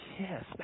yes